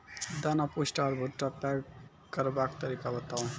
दाना पुष्ट आर भूट्टा पैग करबाक तरीका बताऊ?